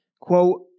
Quote